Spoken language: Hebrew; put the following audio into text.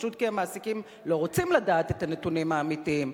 פשוט כי המעסיקים לא רוצים לדעת את הנתונים האמיתיים,